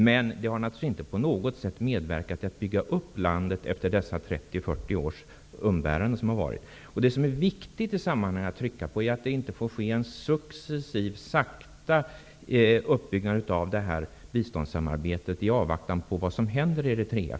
Men det har naturligtvis inte på något sätt medverkat till att bygga upp landet efter dessa 30--40 års umbäranden. Det som i sammanhanget är viktigt att trycka på är att det inte får ske en successiv och långsam uppbyggnad av detta biståndssamarbete i avvaktan på vad som händer i Eritrea.